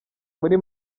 muri